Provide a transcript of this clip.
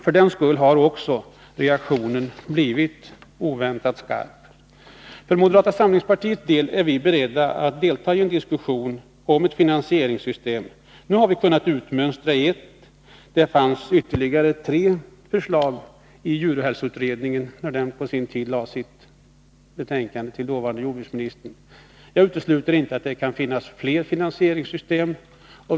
För den skull har också reaktionen blivit skarp. För moderata samlingspartiets del är vi beredda att delta i en diskussion om ett nytt finansieringssystem. Nu har vi kunnat utmönstra ett system. Det fanns ytterligare tre förslag i djurhälsoutredningen, när dess betänkande på sin tid lades fram för dåvarande jordbruksministern. Det utesluter inte att det kan finnas fler finansieringssystem.